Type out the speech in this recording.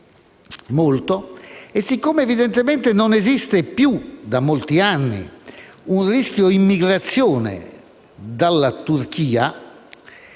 molto e siccome evidentemente non esiste più, da molti anni, un rischio immigrazione dalla Turchia,